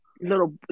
little